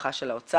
הערכה של האוצר.